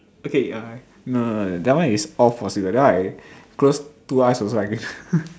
okay I no no no that one is all possible that one I close two eyes also I can